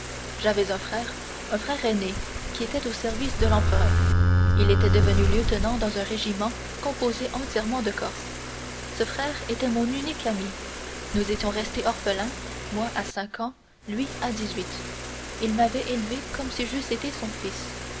j'avais un frère un frère aîné qui était au service de l'empereur il était devenu lieutenant dans un régiment composé entièrement de corses ce frère était mon unique ami nous étions restés orphelins moi à cinq ans lui à dix-huit il m'avait élevé comme si j'eusse été son fils